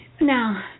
Now